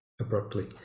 abruptly